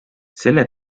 selle